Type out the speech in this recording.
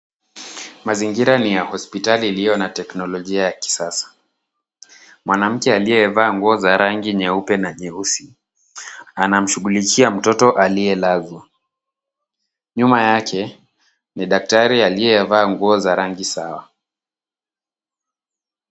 Mazingira ni ya hospitali iliyo na teknolojia ya kisasa. Mwanamke aliyevaa nguo za rangi nyeupe na nyeusi anamshughulikia mtoto aliyelazwa. Nyuma yake, ni daktari aliyevaa nguo za rangi sawa.